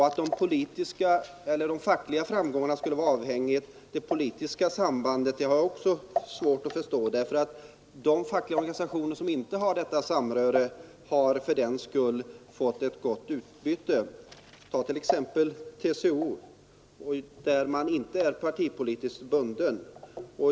Att de fackliga framgångarna skulle vara avhängiga av det politiska » därför att de fackliga organisationer som inte har detta samröre har ändå fått ett gott utbyte. Ta t.ex. TCO, där man inte är partipolitiskt bunden.